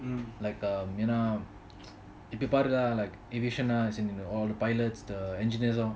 like um you know என்ன எப்போபாருன்னா:enna epopaaruna like aviation நா:naa all like the pilots the engineers all